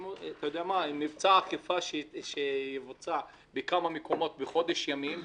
עם מבצע אכיפה שיבוצע בכמה מקומות בחודש ימים,